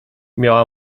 miała